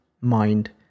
mind